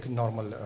normal